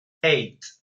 eight